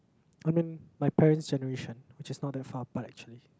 I mean my parents' generation which is not that far apart actually